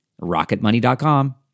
Rocketmoney.com